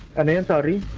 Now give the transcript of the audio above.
and and the